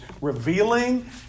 revealing